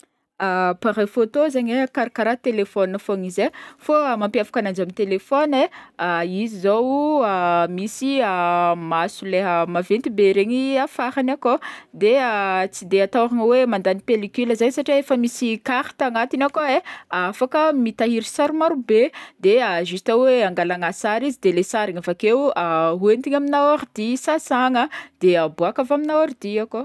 Appareil photo zegny ai karakaraha telefaonina fogna izy ai fô mampiavaka ananjy am'telefaony ai izy zao misy maso leha maventy be regny afarany akao de tsy de atao hoe mandany pellicule zegny satria efa misy carte agnatiny akao ai afaka mitahiry sary marobe de juste hoe angalagna sary izy de le sary igny avakeo hoentigna aminà ordi sasagna de aboaka avy amina ordi akao.